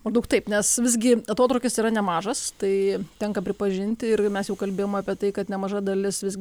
maždaug taip nes visgi atotrūkis yra nemažas tai tenka pripažinti ir mes jau kalbėjom apie tai kad nemaža dalis visgi